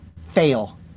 fail